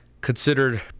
considered